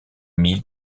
mille